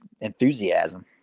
enthusiasm